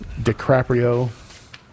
DiCaprio